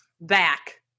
back